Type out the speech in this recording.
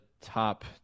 top